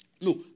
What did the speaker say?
No